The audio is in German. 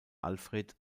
alfred